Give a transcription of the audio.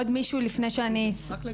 בשמחה רבה.